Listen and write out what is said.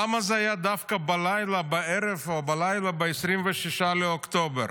למה זה היה דווקא בערב או בלילה ב-26 בנובמבר?